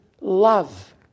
love